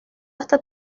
hasta